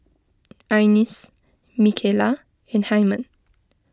Ines Micaela and Hyman